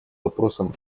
вопросом